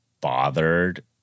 bothered